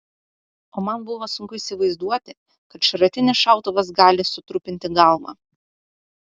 o man buvo sunku įsivaizduoti kad šratinis šautuvas gali sutrupinti galvą